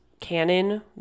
canon